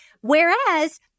Whereas